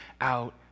out